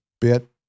bit